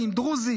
דרוזים,